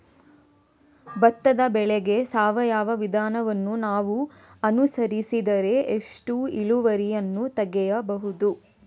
ಭತ್ತದ ಬೆಳೆಗೆ ಸಾವಯವ ವಿಧಾನವನ್ನು ನಾವು ಅನುಸರಿಸಿದರೆ ಎಷ್ಟು ಇಳುವರಿಯನ್ನು ತೆಗೆಯಬಹುದು?